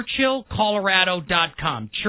churchillcolorado.com